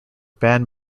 band